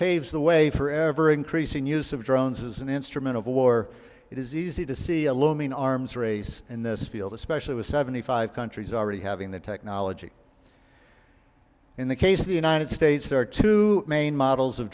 paves the way for ever increasing use of drones as an instrument of war it is easy to see a looming arms race in this field especially with seventy five countries already having the technology in the case of the united states there are two main models of